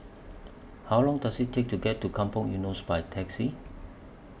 How Long Does IT Take to get to Kampong Eunos By Taxi